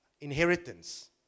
inheritance